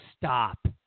Stop